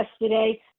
yesterday